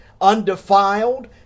undefiled